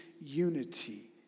unity